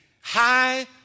high